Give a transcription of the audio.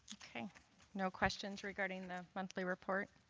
no questions regarding the monthly report?